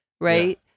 right